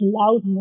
loud